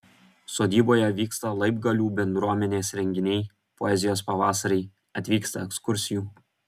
sodyboje vyksta laibgalių bendruomenės renginiai poezijos pavasariai atvyksta ekskursijų